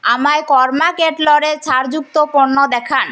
আমায় কর্ম কেটলের ছাড় যুক্ত পণ্য দেখান